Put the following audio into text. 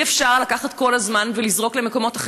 אי-אפשר לקחת כל הזמן ולזרוק למקומות אחרים.